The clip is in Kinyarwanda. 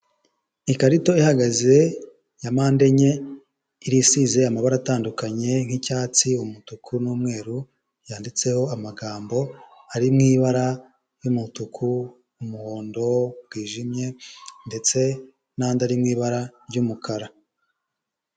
Ikarito ihagaze yampande enye, isize amabara atandukanye nk'icyatsi, umutuku n'umweru, yanditseho amagambo ari mu ibara ry'umutuku, umuhondo bwijimye ndetse n'andi ari mu ibara ry'umukara.